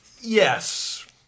Yes